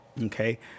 Okay